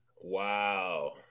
Wow